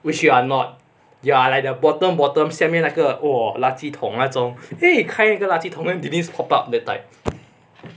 which you are not ya like the bottom bottom 下面那个 !wah! 垃圾桶那种 !hey! 开一个垃圾桶 then denise pop up the type